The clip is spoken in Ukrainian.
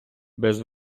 без